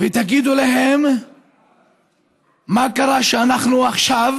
ותגידו להם מה קרה שאנחנו עכשיו,